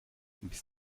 bis